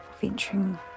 venturing